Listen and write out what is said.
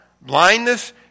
blindness